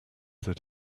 that